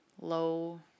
low